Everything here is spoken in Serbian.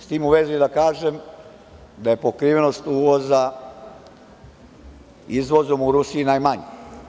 S tim u vezi, da kažem da je pokrivenost uvoza izvozom u Rusiji najmanji.